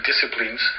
disciplines